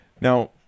Now